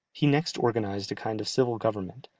he next organized a kind of civil government,